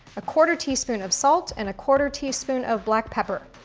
a quarter teaspoon of salt and a quarter teaspoon of black pepper.